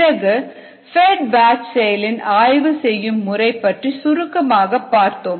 பிறகு fed batch செயலில் ஆய்வு செய்யும் முறை பற்றி சுருக்கமாகப் பார்த்தோம்